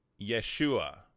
Yeshua